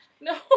No